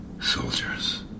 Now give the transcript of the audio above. soldiers